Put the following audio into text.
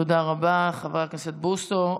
תודה רבה, חבר הכנסת בוסו.